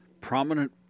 prominent